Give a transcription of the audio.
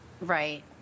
Right